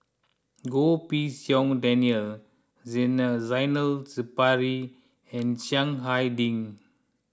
Goh Pei Siong Daniel Zainal Sapari and Chiang Hai Ding